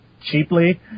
cheaply